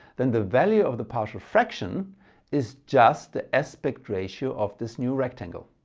then the value of the partial fraction is just the aspect ratio of this new rectangle.